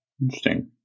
interesting